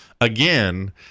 again